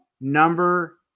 number